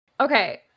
Okay